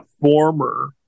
Former